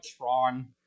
tron